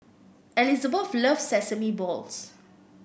Elisabeth loves Sesame Balls